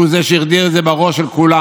הוא שהחדיר את זה בראש של כולם,